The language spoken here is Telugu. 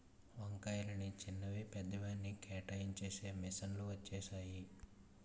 వంకాయలని చిన్నవి పెద్దవి అనేసి కేటాయించేసి మిషన్ లు వచ్చేసాయి